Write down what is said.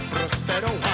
Prospero